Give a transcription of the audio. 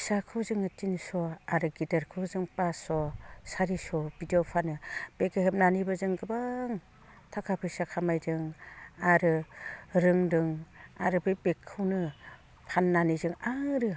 फिसाखौ जोङो थिनस' आरो गिदिरखौ जों फासस' सारिस' बिदियाव फानो बेगखौ हेबनानैबो जों गोबां थाखा फैसा खामायदों आरो रोंदों आरो बे बेगखौनो फाननानै जों आरो